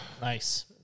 Nice